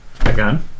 Again